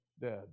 dead